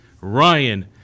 Ryan